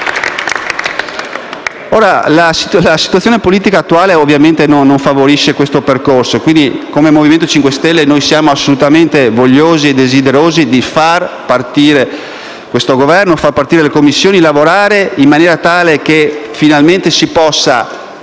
La situazione politica attuale, ovviamente, non favorisce questo percorso. Quindi, come Movimento 5 Stelle, noi siamo assolutamente vogliosi e desiderosi di far partire questo Governo, di far partire le Commissioni e di lavorare in maniera tale che, finalmente, si possa